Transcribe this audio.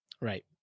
Right